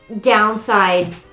downside